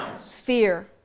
fear